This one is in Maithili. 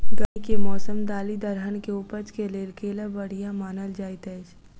गर्मी केँ मौसम दालि दलहन केँ उपज केँ लेल केल बढ़िया मानल जाइत अछि?